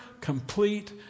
complete